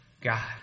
God